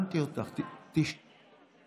זה